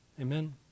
Amen